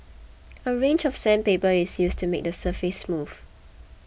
a range of sandpaper is used to make the surface smooth